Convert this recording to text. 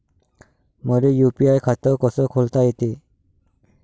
मले यू.पी.आय खातं कस खोलता येते?